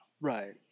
right